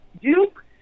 Duke